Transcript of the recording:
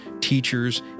teachers